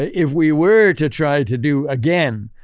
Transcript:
if we were to try to do, again,